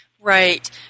Right